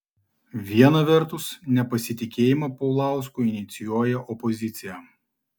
viena vertus nepasitikėjimą paulausku inicijuoja opozicija